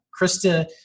Krista